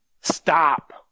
Stop